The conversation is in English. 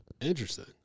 Interesting